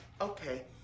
Okay